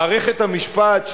מערכת המשפט,